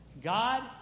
God